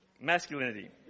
Masculinity